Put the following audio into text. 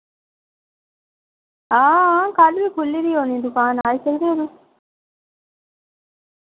हां हां कल वि खुल्ली दी होनी दुकान आई सकदे ओ तुस